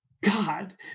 God